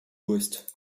ouest